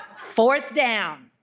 fourth down,